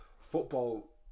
football